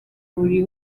buri